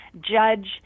judge